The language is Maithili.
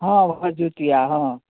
हँ भरजितिआ हँ